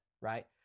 Right